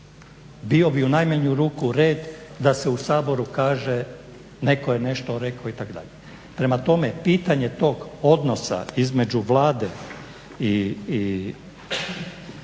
Bio bi u najmanju ruku red da se u Saboru kaže netko je nešto rekao itd. Prema tome, pitanje tog odnosa između Vlade i